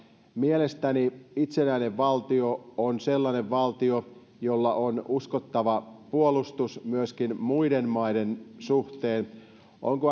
mielestäni itsenäinen valtio on sellainen valtio jolla on uskottava puolustus myöskin muiden maiden suhteen onko